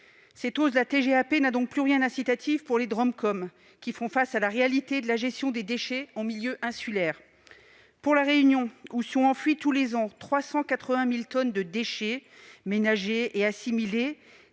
Cette hausse de la TGAP n'a donc plus rien d'incitatif pour les DROM et les COM, qui font face à la réalité de la gestion des déchets en milieu insulaire. À titre d'exemple, à La Réunion, où sont enfouis tous les ans 380 000 tonnes de déchets ménagers et assimilés,